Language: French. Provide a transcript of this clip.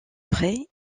prêt